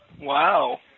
Wow